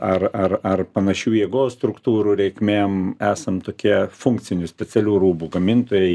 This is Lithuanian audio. ar ar ar panašių jėgos struktūrų reikmėm esam tokie funkcinių specialių rūbų gamintojai